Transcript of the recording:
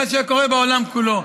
כמו שקורה בעולם כולו.